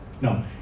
no